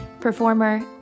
performer